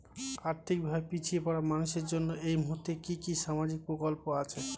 আর্থিক ভাবে পিছিয়ে পড়া মানুষের জন্য এই মুহূর্তে কি কি সামাজিক প্রকল্প আছে?